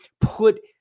put